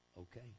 okay